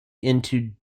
into